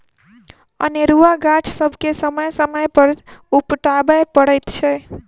अनेरूआ गाछ सभके समय समय पर उपटाबय पड़ैत छै